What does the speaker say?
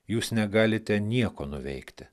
jūs negalite nieko nuveikti